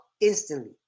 instantly